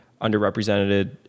underrepresented